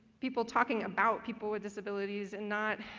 people talking about people with disabilities and not